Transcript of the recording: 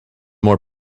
more